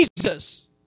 Jesus